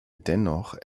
dennoch